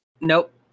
Nope